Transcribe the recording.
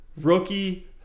rookie